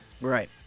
right